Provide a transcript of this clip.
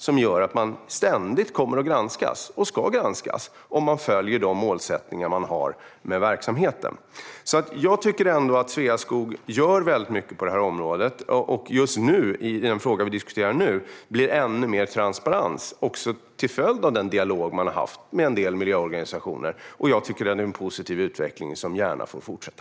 Det gör att det ständigt kommer att granskas - och ska granskas - om man följer de målsättningar man har för verksamheten. Jag tycker alltså ändå att Sveaskog gör väldigt mycket på området och att det i just den fråga vi diskuterar nu blir ännu mer transparens, också till följd av den dialog man har haft med en del miljöorganisationer. Jag tycker att det är en positiv utveckling, som gärna får fortsätta.